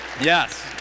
Yes